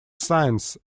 science